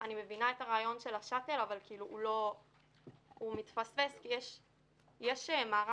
אני מבינה את הרעיון של השאטל אבל הוא מתפספס כי יש מערך